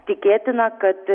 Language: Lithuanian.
tikėtina kad